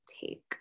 take